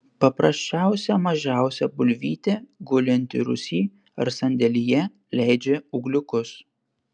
paprasčiausia mažiausia bulvytė gulinti rūsy ar sandėlyje leidžia ūgliukus